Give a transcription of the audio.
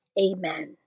Amen